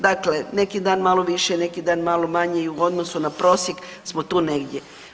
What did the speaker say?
Dakle, neki dan malo više, neki dan malo manje i u odnosu na prosjek smo tu negdje.